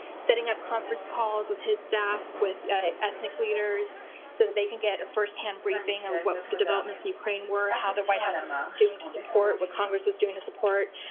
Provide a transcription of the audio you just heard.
setting up conference calls with his staff with ethnic leaders so that they can get a first-hand briefing of what the developments in ukraine were, what the white house was doing to support, what congress was doing to support.